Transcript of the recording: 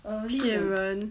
骗人